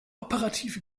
operative